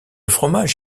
fromage